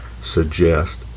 suggest